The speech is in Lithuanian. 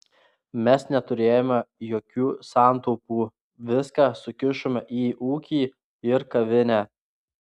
mes neturėjome jokių santaupų viską sukišome į ūkį ir kavinę